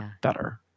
better